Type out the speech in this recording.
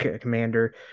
Commander